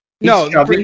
No